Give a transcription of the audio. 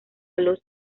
los